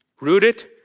rooted